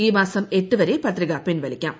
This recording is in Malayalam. ഈ മാസം എട്ട് വരെ പത്രിക പിൻവലിക്കാം